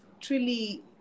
truly